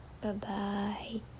Bye-bye